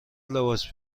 لباس